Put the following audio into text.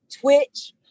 Twitch